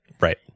Right